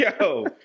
Yo